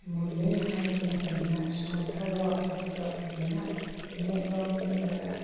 ꯃꯨꯜꯂꯦ ꯍꯥꯏꯕ ꯃꯇꯝꯗ ꯁꯣꯟꯊꯔꯣ ꯑꯗꯨꯒ ꯐꯖꯅ ꯃꯦꯠꯂꯣ ꯃꯦꯠꯂꯒ